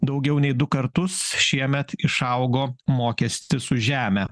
daugiau nei du kartus šiemet išaugo mokestis už žemę